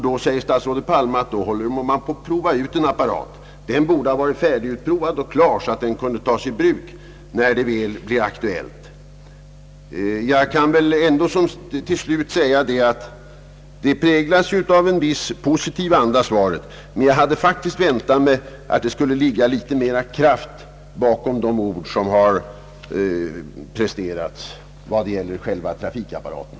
Nu säger statsrådet Palme, att man håller på att prova ut en apparat. Den borde ha varit färdigutprovad och klar, så att den kunde tas i bruk när det väl blir aktuellt! Till slut vill jag säga, att svaret präglas av viss positiv anda, men jag hade faktiskt väntat mig att det skulle ligga litet mera kraft bakom det uttalande som har presterats vad gäller själva trafikapparaten.